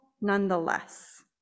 nonetheless